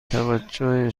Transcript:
توجه